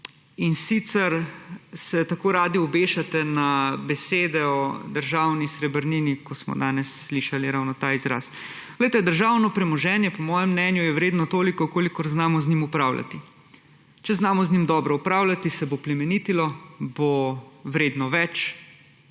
in sicer se tako radi obešate na besede o državni srebrnini, ko smo danes slišali ravno ta izraz. Glejte, državno premoženje je po mojem mnenju vredno toliko, kolikor znamo z njim upravljati. Če znamo z njim dobro upravljati, se bo plemenitilo, bo vredno več,